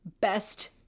best